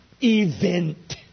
event